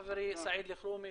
חברי סעיד אלחרומי,